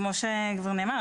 כמו שכבר נאמר,